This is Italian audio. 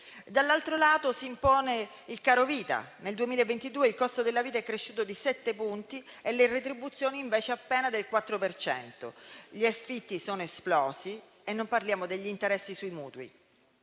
Dall'altro lato, si impone il carovita: nel 2022 il costo della vita è cresciuto di sette punti e le retribuzioni invece appena del 4 per cento, gli affitti sono esplosi e non parliamo degli interessi sui mutui.